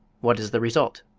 what is the result?